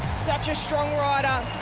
such a strong rider.